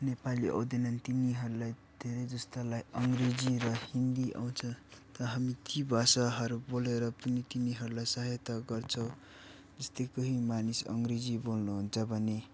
नेपाली आउँदैनन् तिनीहरूलाई धेरै जस्तालाई अङ्ग्रेजी र हिन्दी आउँछ त हामी ती भाषाहरू बोलेर पनि तिनीहरूलाई सहायता गर्छौँ जस्तै कोही मानिस अङ्ग्रेजी बोल्नुहुन्छ भने